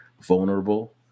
vulnerable